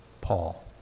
Paul